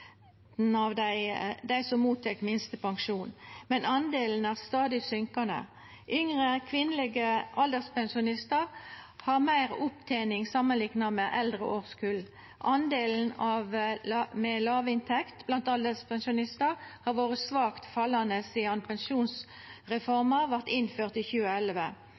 av dei som mottek minstepensjon, men andelen er stadig fallande. Yngre kvinnelege alderspensjonistar har meir opptening samanlikna med eldre årskull. Andelen med lavinntekt blant alderspensjonistar har vore svakt fallande sidan pensjonsreforma vart innført i 2011.